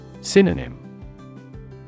Synonym